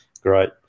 Great